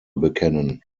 bekennen